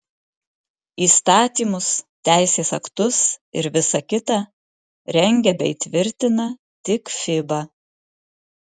įstatymus teisės aktus ir visa kita rengia bei tvirtina tik fiba